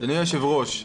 אדוני היושב-ראש,